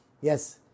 Yes